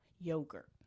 yogurt